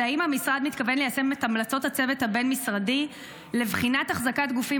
האם המשרד מתכוון ליישם את המלצות הצוות הבין-משרדי לבחינת אחזקת גופים